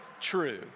true